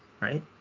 Right